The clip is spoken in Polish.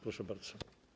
Proszę bardzo.